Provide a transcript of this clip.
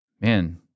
man